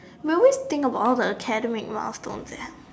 we always think about all the academic milestones eh